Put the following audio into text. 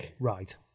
Right